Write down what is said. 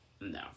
No